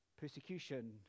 persecution